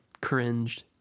Cringed